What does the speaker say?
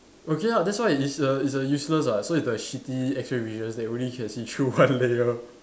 okay ah that's why it's a it's a useless ah so it's a shitty X ray vision that only can see through one layer